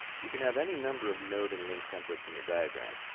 you can have any number of node and link templates in your diagram,